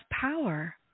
power